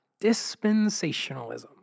dispensationalism